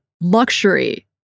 luxury